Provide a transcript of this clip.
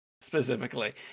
specifically